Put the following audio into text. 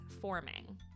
forming